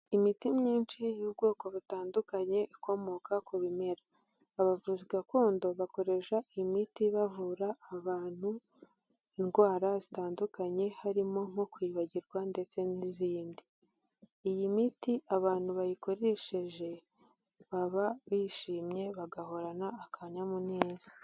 Imiti myinshi y'ubwoko butandukanye ikomoka ku bimera, abavuzi gakondo bakoresha iyi imiti bavura abantu indwara zitandukanye, harimo nko kwibagirwa ndetse n'izindi. Iyi miti abantu bayikoresheje baba bishimye, bagahorana akanyamuneza.